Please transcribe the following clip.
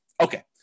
Okay